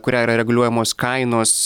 kurią yra reguliuojamos kainos